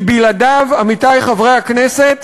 כי בלעדיו, עמיתי חברי הכנסת,